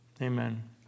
Amen